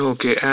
Okay